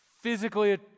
Physically